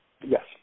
Yes